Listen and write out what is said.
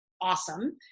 awesome